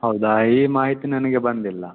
ಹೌದಾ ಈ ಮಾಹಿತಿ ನನಗೆ ಬಂದಿಲ್ಲ